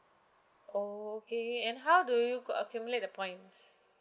orh okay and how do you go~ accumulate the points